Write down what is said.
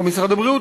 לא משרד הבריאות,